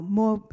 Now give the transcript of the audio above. more